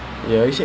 like